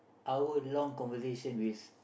our long conversation with